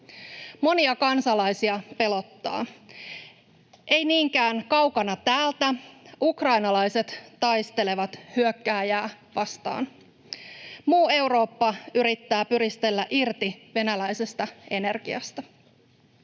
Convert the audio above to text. Monia kansalaisia pelottaa. Ei niinkään kaukana täältä ukrainalaiset taistelevat hyökkääjää vastaan. Muu Eurooppa yrittää pyristellä irti venäläisestä energiasta.